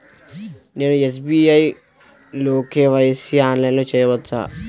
నేను ఎస్.బీ.ఐ లో కే.వై.సి ఆన్లైన్లో చేయవచ్చా?